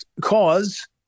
cause